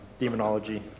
demonology